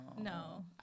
no